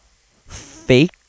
fake